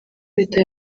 leta